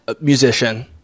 musician